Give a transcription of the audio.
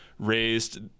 raised